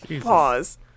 pause